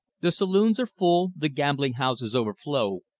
the saloons are full, the gambling houses overflow,